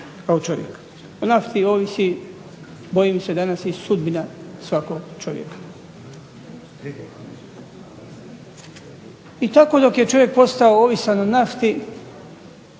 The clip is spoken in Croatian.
nafti ovisi bojim se danas i sudbina svakog čovjeka. I tako dok je čovjek postao ovisan o nafti,